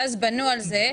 ואז בנו על זה,